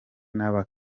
n’aba